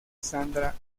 sandra